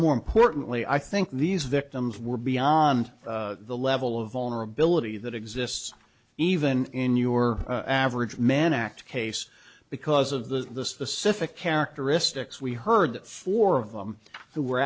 more importantly i think these victims were beyond the level of vulnerability that exists even in your average man act case because of the specific characteristics we heard four of them w